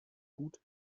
gut